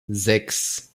sechs